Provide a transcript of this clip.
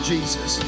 Jesus